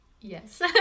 Yes